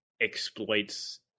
exploits